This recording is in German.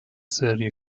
serie